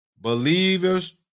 Believers